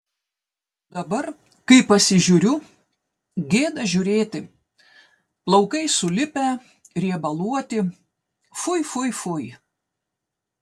dabar kai pasižiūriu gėda žiūrėti plaukai sulipę riebaluoti fui fui fui